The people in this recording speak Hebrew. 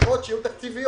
שהתמיכות יהיו תקציביות.